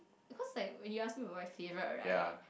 because like when you ask me about my favourite right